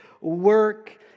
work